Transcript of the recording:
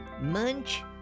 munch